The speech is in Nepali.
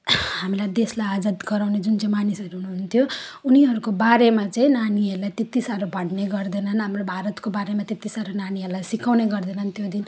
हामीलाई देशलाई आजाद गराउने जुन चाहिँ मानिसहरू हुनुहुन्थ्यो उनीहरूको बारेमा चाहिँ नानीहरूलाई त्यति साह्रो भन्ने गर्दैनन् हाम्रो भारतको बारेमा त्यति साह्रो नानीहरूलाई सिकाउने गर्दैनन् त्यो दिन